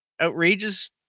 outrageous